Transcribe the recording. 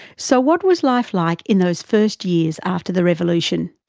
so what was life like in those first years after the revolution?